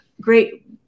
great